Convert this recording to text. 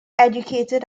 educated